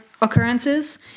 occurrences